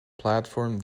platform